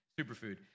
superfood